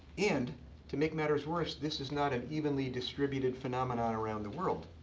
and to make matters worse, this is not an evenly distributed phenomenon around the world.